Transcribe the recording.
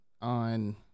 on